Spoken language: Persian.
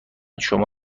شما